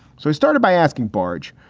so i started by asking, baj,